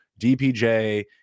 DPJ